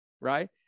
right